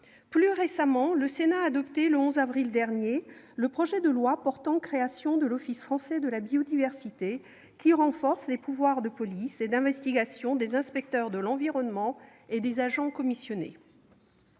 Plus récemment, le Sénat a adopté, le 11 avril dernier, le projet de loi portant création de l'Office français de la biodiversité, qui renforce les pouvoirs de police et d'investigation des inspecteurs de l'environnement et des agents commissionnés.